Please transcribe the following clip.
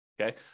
okay